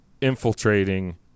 infiltrating